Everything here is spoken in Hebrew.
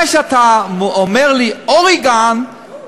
זה שאתה אומר לי: אורגון,